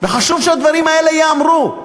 חשוב שהדברים האלה ייאמרו,